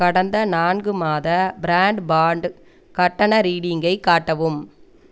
கடந்த நான்கு மாத ப்ராண்ட்பான்ட் கட்டண ரீடிங்கை காட்டவும்